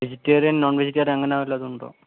vegetarian non vegetarian അങ്ങനെ വല്ലതുമുണ്ടോ